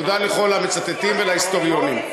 תודה לכל המצטטים ולהיסטוריונים.